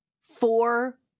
four